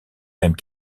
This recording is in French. mêmes